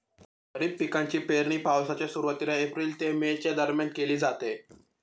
खरीप पिकांची पेरणी पावसाच्या सुरुवातीला एप्रिल ते मे च्या दरम्यान केली जाते